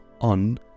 on